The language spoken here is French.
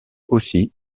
aussi